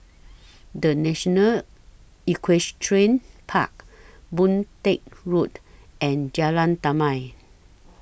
The National Equestrian Park Boon Teck Road and Jalan Damai